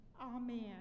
Amen